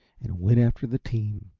and went after the team.